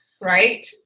right